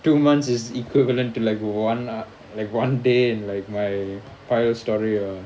two months is equivalent to level one lah like one day and like my bio story ah